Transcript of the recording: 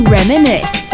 Reminisce